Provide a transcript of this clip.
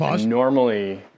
Normally